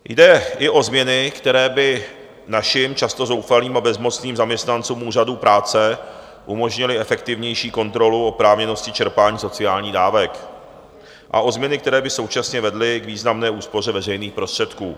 Jde i o změny, které by našim, často zoufalým a bezmocným zaměstnancům úřadů práce umožnily efektivnější kontrolu oprávněnosti čerpání sociálních dávek, a o změny, které by současně vedly k významné úspoře veřejných prostředků.